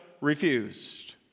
refused